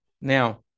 Now